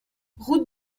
route